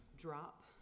drop